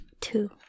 Two